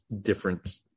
different